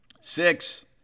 Six